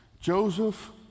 Joseph